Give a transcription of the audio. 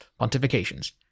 pontifications